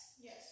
Yes